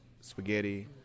spaghetti